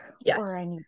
yes